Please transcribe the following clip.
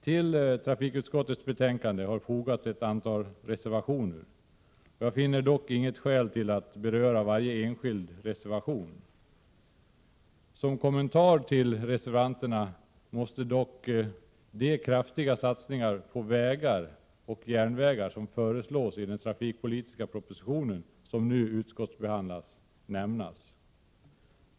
Till trafikutskottets betänkande har fogats ett antal reservationer. Jag finner dock inte något skäl att beröra varje enskild reservation. Som kommentar till reservationerna måste dock de kraftiga satsningar på vägar och järnvägar som föreslås i den trafikpolitiska propositionen som nu utskottsbehandlas nämnas.